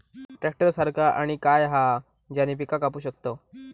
Tractor सारखा आणि काय हा ज्याने पीका कापू शकताव?